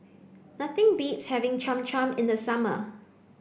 nothing beats having Cham Cham in the summer